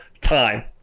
time